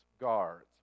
guards